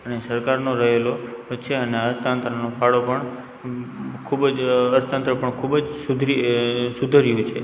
અને સરકારનો રહેલો છે અને અર્થતંત્રનો ફાળો પણ ખૂબ જ અર્થતંત્ર પણ ખૂબ જ સુધરી સુધર્યું છે